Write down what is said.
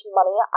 money